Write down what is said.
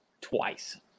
twice